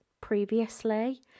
previously